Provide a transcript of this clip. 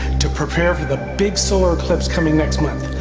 to prepare for the big solar eclipse coming next month.